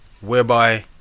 whereby